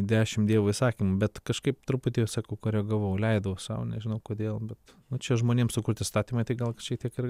dešimt dievo įsakymų bet kažkaip truputį sakau koregavau leidau sau nežinau kodėl bet nu čia žmonėm sukurti įstatymai tai gal šiek tiek ir